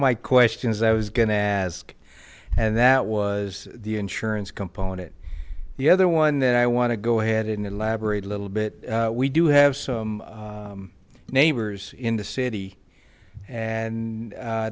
my questions i was gonna ask and that was the insurance component the other one that i want to go ahead and elaborate a little bit we do have some neighbors in the city and